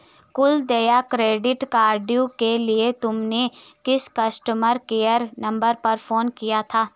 कुल देय क्रेडिट कार्डव्यू के लिए तुमने किस कस्टमर केयर नंबर पर फोन किया था?